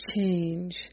change